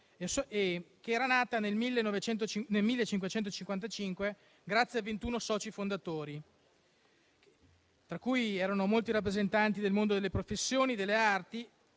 era nata nel 1555 grazie a 21 soci fondatori, tra cui molti rappresentanti del mondo delle professioni e delle arti,